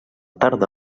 tarda